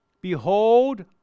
Behold